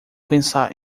pensar